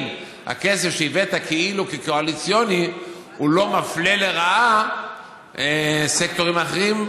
הכסף שהבאת כאילו כקואליציוני לא מפלה לרעה סקטורים אחרים,